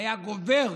היה גובר